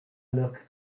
look